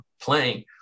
playing